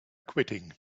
quitting